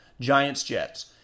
Giants-Jets